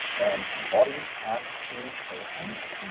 and the audience has to pay attention.